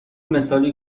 مثالی